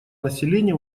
населения